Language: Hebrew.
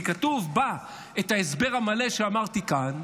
כי כתוב בה את ההסבר המלא שאמרתי כאן,